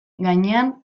gainean